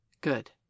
Good